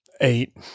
eight